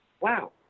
wow